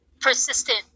persistent